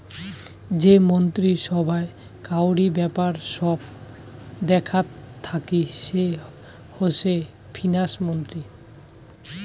যে মন্ত্রী সভায় কাউরি ব্যাপার সব দেখাত থাকি সে হসে ফিন্যান্স মন্ত্রী